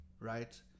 right